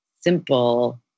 simple